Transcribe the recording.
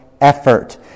effort